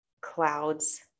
clouds